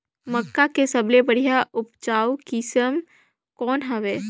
मक्का के सबले बढ़िया उपजाऊ किसम कौन हवय?